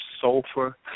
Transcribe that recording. sulfur